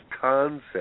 concept